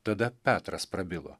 tada petras prabilo